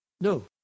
No